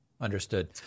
understood